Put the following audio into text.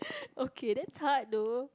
okay that's hard though